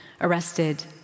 arrested